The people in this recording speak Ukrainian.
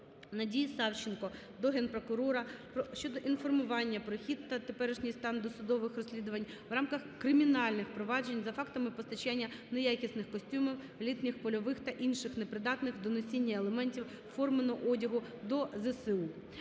Надії Савченко до Генпрокурора щодо інформування про хід та теперішній стан досудових розслідувань в рамках кримінальних проваджень за фактами постачання неякісних костюмів літніх польових та інших непридатних до носіння елементів форменого одягу до ЗСУ.